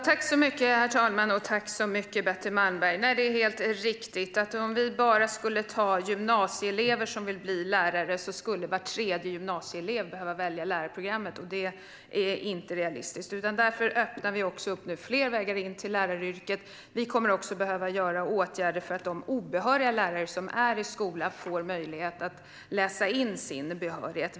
Herr talman! Tack, Betty Malmberg! Det är helt riktigt: Om vi bara tar gymnasieelever som vill bli lärare skulle var tredje gymnasieelev behöva välja lärarprogrammet. Det är inte realistiskt. Därför öppnar vi nu för fler vägar in till läraryrket. Vi kommer också att behöva vidta åtgärder för att de obehöriga lärare som finns i skolan får möjlighet att läsa in sin behörighet.